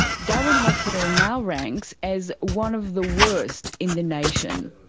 darwin hospital now ranks as one of the worst in the nation.